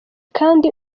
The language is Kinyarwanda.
kandi